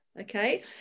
Okay